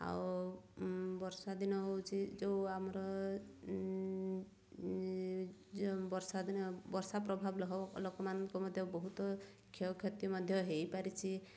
ଆଉ ବର୍ଷା ଦିନ ହେଉଛି ଯେଉଁ ଆମର ବର୍ଷା ଦିନେ ବର୍ଷା ପ୍ରଭାବ ଲୋକମାନଙ୍କ ମଧ୍ୟ ବହୁତ କ୍ଷୟକ୍ଷତି ମଧ୍ୟ ହୋଇପାରିଛି